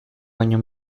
baino